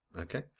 Okay